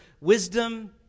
wisdom